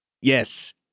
Yes